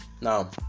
Now